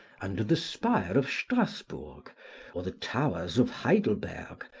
under the spire of strasburg or the towers of heidelberg,